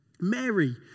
Mary